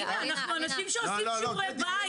אלינה, אנחנו אנשים שעושים שיעורי בית.